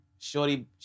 Shorty